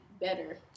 better